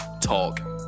Talk